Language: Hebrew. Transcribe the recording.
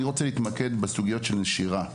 אני רוצה להתמקד בסוגיות של נשירה.